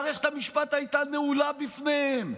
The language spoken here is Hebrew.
מערכת המשפט הייתה נעולה בפניהם,